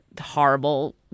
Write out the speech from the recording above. horrible